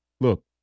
Look